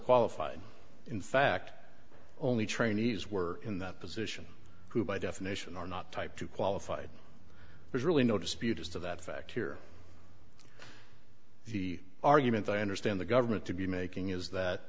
qualified in fact only trainees were in that position who by definition are not type two qualified there's really no dispute as to that fact here the argument i understand the government to be making is that